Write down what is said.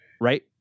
Right